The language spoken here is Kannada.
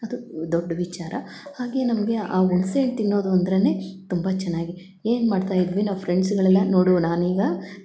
ಅದು ದೊಡ್ಡ ವಿಚಾರ ಹಾಗೆ ನಮಗೆ ಆ ಹುಣ್ಸೆ ಹಣ್ ತಿನ್ನೋದು ಅಂದ್ರೆ ತುಂಬ ಚೆನ್ನಾಗಿ ಏನು ಮಾಡ್ತ ಇದ್ವಿ ನಾವು ಫ್ರೆಂಡ್ಸಗಳೆಲ್ಲ ನೋಡು ನಾನೀಗ